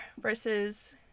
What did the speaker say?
versus